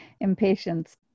impatience